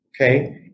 okay